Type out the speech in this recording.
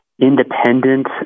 independent